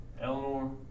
Eleanor